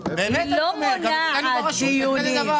היא טוענת שמדובר אך ורק על התוספת.